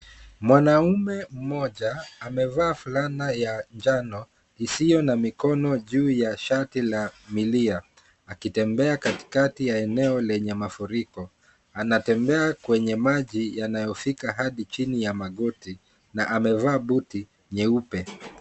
Mwanaume mmoja amevaa fulana ya njano isiyo na mikono juu ya shati la milia, akitembea kati ya eneo lenye mafuriko. Anatembea kwenye maji, yanayofika hadi chini ya magoti. Na amevaa buti nyeupe.